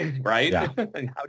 Right